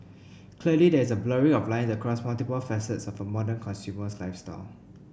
clearly there is a blurring of line across multiple facets of a modern consumer's lifestyle